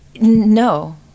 No